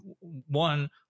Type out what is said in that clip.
one